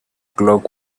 clock